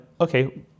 okay